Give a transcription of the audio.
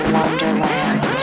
Wonderland